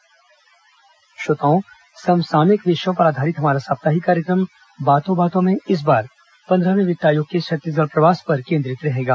बातों बातों में श्रोताओं समसामयिक विषयों पर आधारित हमारा साप्ताहिक कार्यक्रम बातों बातों में इस बार पंद्रहवें वित्त आयोग के छत्तीसगढ़ प्रवास पर केंद्रित रहेगा